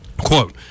Quote